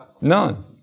None